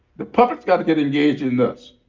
the public's gotta get engaged in this.